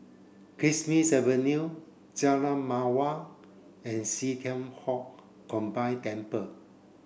Kismis Avenue Jalan Mawar and See Thian Foh Combined Temple